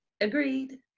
Agreed